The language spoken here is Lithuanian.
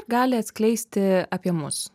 gali atskleisti apie mus